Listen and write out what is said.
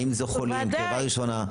האם זה הקרבה ראשונה של החולים זו מטרת החוק.